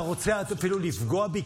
אם אתה רוצה אפילו לפגוע בי,